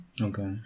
Okay